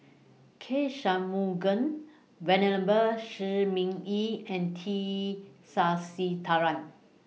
K Shanmugam Venerable Shi Ming Yi and T Sasitharan